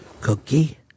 Cookie